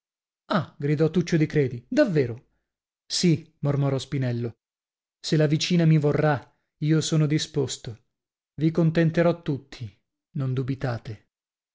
ah grido tuccio di credi davvero sì mormorò spinello se la vicina mi vorrà io sono disposto vi contenterò tutti non dubitate